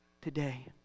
today